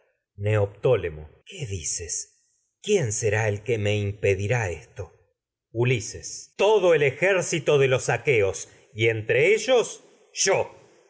ha neoptólemo qué dices quién será el que me impedirá esto ulises ellos todo el ejército de los aqueos y entre yo